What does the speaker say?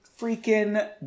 freaking